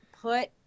put